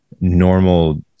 normal